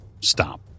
stop